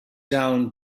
down